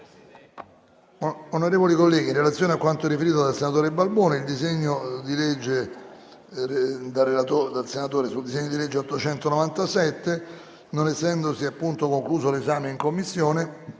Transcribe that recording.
Onorevoli colleghi, in relazione a quanto riferito dal senatore Balboni, il disegno di legge n. 897, non essendosi concluso l'esame in Commissione,